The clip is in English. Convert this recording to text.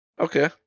Okay